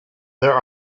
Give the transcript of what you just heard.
there